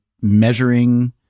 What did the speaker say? measuring